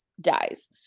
dies